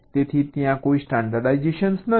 તેથી ત્યાં કોઈ સ્ટાન્ડર્ડડાઈજેશન નથી